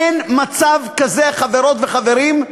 אין מצב כזה, חברות וחברים,